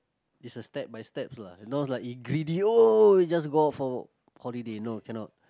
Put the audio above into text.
it's a step by steps lah you know like you greedy your just go out for holiday no cannot